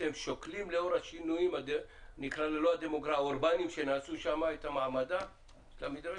ואתם שוקלים לאור השינויים האורבניים שנעשו שם את מעמדה של המדרשת?